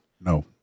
No